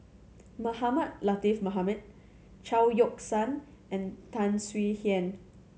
Mohamed Latiff Mohamed Chao Yoke San and Tan Swie Hian